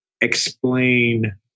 explain